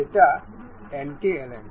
এটা anti aligned